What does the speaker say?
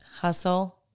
Hustle